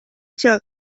joc